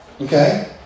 Okay